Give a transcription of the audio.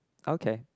okay